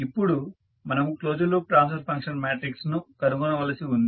ఇప్పుడు మనము closed loop transfer function matrix ను కనుగొనవలసి ఉంది